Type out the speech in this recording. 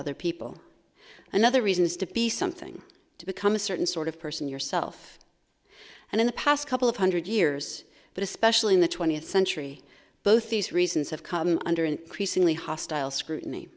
other people another reason is to be something to become a certain sort of person yourself and in the past couple of hundred years but especially in the twentieth century both these reasons have come under increasingly hostile scrutiny